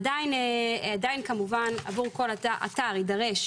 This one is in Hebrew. עדיין כמובן עבור כל אתר ידרש